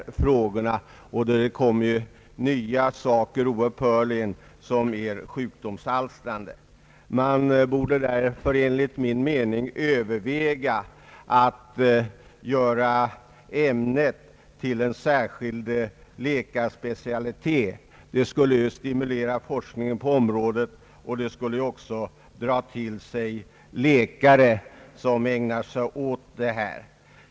Det kommer ouppbhörligen nya saker som är sjukdomsalstrande. Man borde därför enligt min mening överväga att göra allergologin till en särskild läkarspecialitet. Det skulle stimulera forskningen på området och dra läkare till specialiteten som ägnar sig åt den.